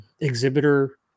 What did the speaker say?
exhibitor